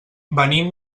venim